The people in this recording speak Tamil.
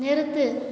நிறுத்து